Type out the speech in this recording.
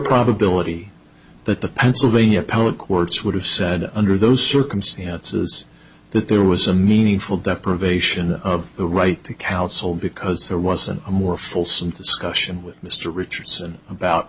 probability that the pennsylvania public words would have said under those circumstances that there was a meaningful deprivation of the right to counsel because there wasn't a more fulsome discussion with mr richardson about